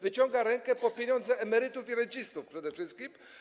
Wyciąga rękę po pieniądze emerytów i rencistów przede wszystkim.